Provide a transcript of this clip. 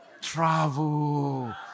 Travel